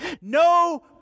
No